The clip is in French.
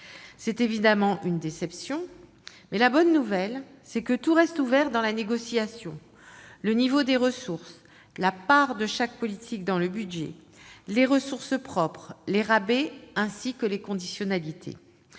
C'est évidemment une déception. La bonne nouvelle, c'est que tout reste ouvert dans la négociation : le niveau des ressources, la part de chaque politique dans le budget, les ressources propres, les rabais, ainsi que les conditionnalités